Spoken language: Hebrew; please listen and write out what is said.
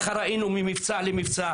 זה מה שראינו ממבצע למבצע,